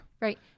Right